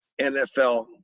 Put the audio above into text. NFL